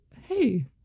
Hey